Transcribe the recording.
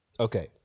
Okay